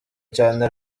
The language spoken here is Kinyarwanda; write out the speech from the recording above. cyane